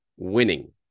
Winning